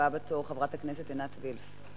הבאה בתור, חברת הכנסת עינת וילף.